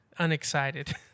Unexcited